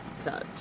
touch